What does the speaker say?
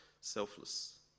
selfless